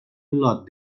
lot